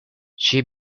she